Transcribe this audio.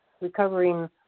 recovering